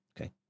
Okay